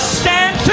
stand